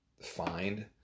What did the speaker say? find